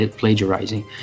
plagiarizing